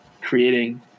creating